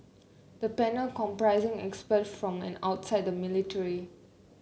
the panel comprising expert from and outside the military